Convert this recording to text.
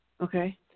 Okay